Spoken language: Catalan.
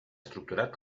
estructurat